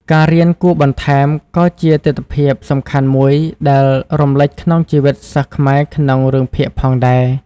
ការរៀនគួរបន្ថែម ក៏ជាទិដ្ឋភាពសំខាន់មួយដែលរំលេចក្នុងជីវិតសិស្សខ្មែរក្នុងរឿងភាគផងដែរ។